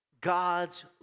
God's